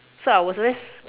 so I was very sur~